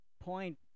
point